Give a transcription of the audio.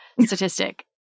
statistic